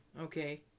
okay